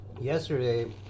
Yesterday